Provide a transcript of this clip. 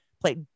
play